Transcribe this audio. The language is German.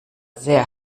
sehr